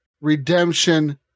Redemption